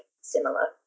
similar